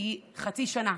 היא חצי שנה,